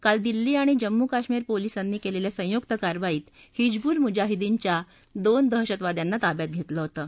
काल दिल्ली आणि जम्मू कश्मिर पोलीसांनी केलेल्या संयुक्त कारवाईत हिजबुल मुजाहिद्दीनच्या दोन दहशतवाद्यांना ताब्यात घेतलं होतं